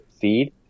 feed